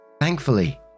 thankfully